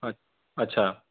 अ अच्छा